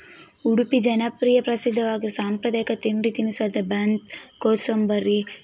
ಉಡುಪಿ ಜನಪ್ರಿಯ ಪ್ರಸಿದ್ದವಾದ ಸಾಂಪ್ರದಾಯಿಕ ತಿಂಡಿ ತಿನಿಸು ಅಂತ ಬನ್ ಕೋಸಂಬರಿ